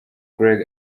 greg